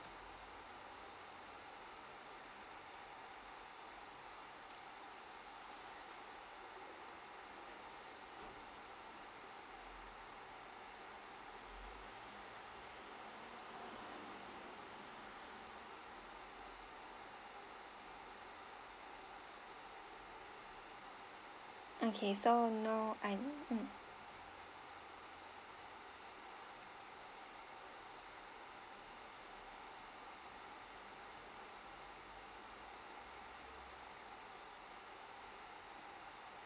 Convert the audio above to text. okay so now I mm